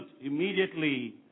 immediately